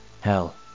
Hell